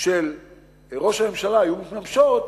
של ראש הממשלה היו מתממשות,